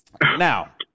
now